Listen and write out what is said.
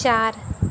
चार